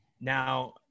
Now